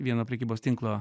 vieno prekybos tinklo